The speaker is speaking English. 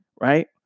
right